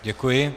Děkuji.